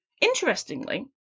Interestingly